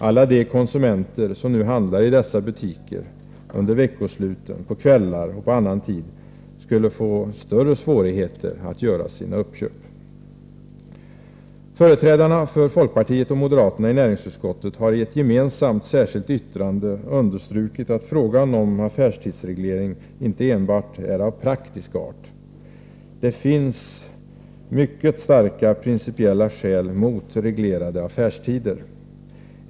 Alla de konsumenter som nu handlar i dessa butiker — under veckosluten, på kvällar och annan tid — skulle få större svårigheter att göra sina inköp. Företrädarna för folkpartiet och moderaterna i näringsutskottet har i ett gemensamt särskilt yttrande understrukit att frågan om affärstidsreglering inte enbart är av praktisk art. Det finns mycket starka principiella skäl mot reglerade affärstider.